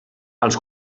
als